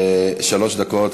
שלוש דקות.